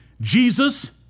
Jesus